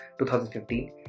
2015